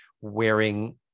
wearing